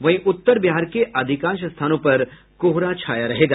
वहीं उत्तर बिहार के अधिकांश स्थानों पर कोहरा छाया रहेगा